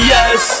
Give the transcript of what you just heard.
Yes